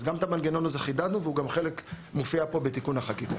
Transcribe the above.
אז גם את המנגנון הזה חידדנו והוא גם מופיע פה בתיקון החקיקה.